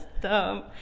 dumb